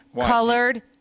Colored